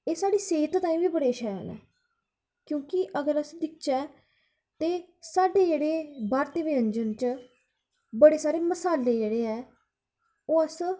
एह् साढ़ी सेह्त ताहीं बी बड़े शैल न क्योंकि अगर अस दिक्खचै ते साढ़े जेह्ड़े भारती व्यंजन च बड़े सारे मसाले जेह्ड़े ऐ ओह् अस